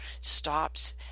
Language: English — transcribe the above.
stops